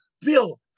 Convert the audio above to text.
Bill